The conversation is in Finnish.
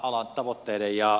herra puhemies